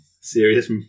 serious